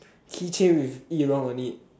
keychain with Yi-Rong on it